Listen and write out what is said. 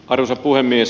arvoisa puhemies